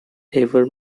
ever